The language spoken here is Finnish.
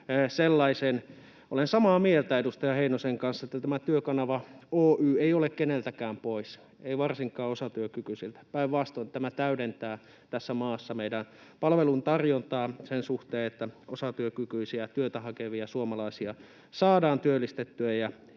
Olen samaa mieltä edustaja Heinosen kanssa, että tämä Työkanava Oy ei ole keneltäkään pois, ei varsinkaan osatyökykyisiltä. Päinvastoin, tämä täydentää tässä maassa meidän palveluntarjontaamme sen suhteen, että osatyökykyisiä, työtä hakevia suomalaisia saadaan työllistettyä